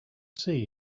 see